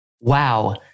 Wow